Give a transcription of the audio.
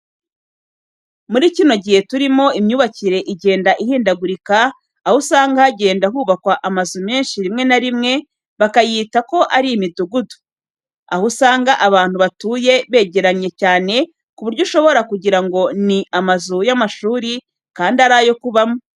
Muri kino gihe turimo imyubakire igenda ihindagurika, aho usanga hagenda hubakwa amazu menshi rimwe na rimwe bakayita ko ari imidugudu, aho usanga abantu batuye begeranye cyane ku buryo ushobora kugira ngo ni amazu y'amashuri kandi ari ayo kubamo.